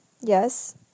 Yes